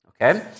okay